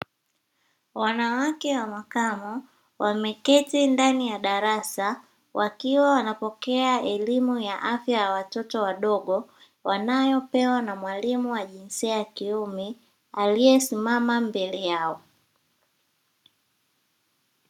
Wanawake wa makamo wameketi ndani ya darasa wakiwa wanapokea elimu ya afya ya watoto wadogo, wanayopewa na mwalimu wa jinsia ya kiume aliyesimama mbele yao.